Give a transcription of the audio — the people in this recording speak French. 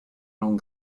langue